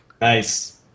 Nice